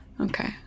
Okay